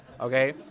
Okay